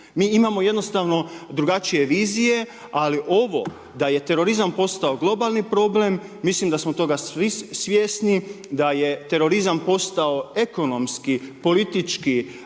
Mi imamo jednostavno drugačije vizije, ali ovo da je terorizam postao globalni problem, mislim da smo toga svi svjesni da je terorizam postao ekonomski, politički,